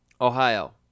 Ohio